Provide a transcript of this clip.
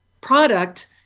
product